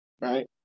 right